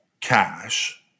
cash